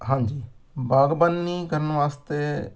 ਹਾਂਜੀ ਬਾਗਬਾਨੀ ਕਰਨ ਵਾਸਤੇ